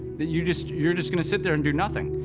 that you just. you're just going to sit there and do nothing.